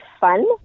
fun